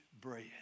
bread